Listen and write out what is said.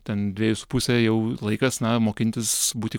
ten dviejų su puse jau laikas na mokintis būti